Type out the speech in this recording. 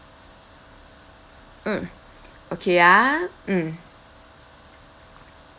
mm okay ah mm